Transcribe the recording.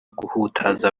guhutaza